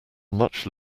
much